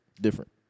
different